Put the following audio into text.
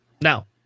now